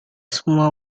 semua